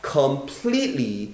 completely